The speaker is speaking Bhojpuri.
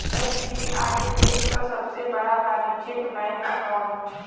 एस.बी.आई देश क सबसे बड़ा वाणिज्यिक बैंक हौ